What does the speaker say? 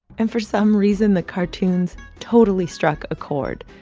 and for some reason, the cartoons totally struck a chord.